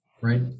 right